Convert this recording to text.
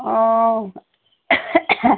অঁ